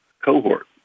Cohort